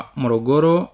morogoro